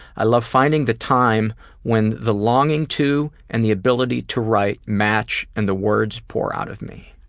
i love finding the time when the longing to and the ability to write match and the words pour out of me.